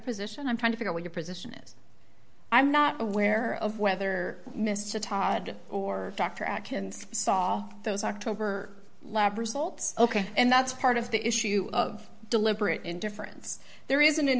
position i'm trying to figure what your position is i'm not aware of whether mr todd or dr atkins saw those october lab results ok and that's part of the issue of deliberate indifference there isn't an